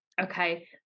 okay